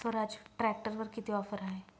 स्वराज ट्रॅक्टरवर किती ऑफर आहे?